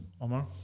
Omar